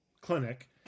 clinic